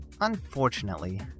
Unfortunately